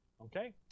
Okay